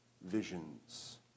visions